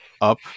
up